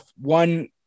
one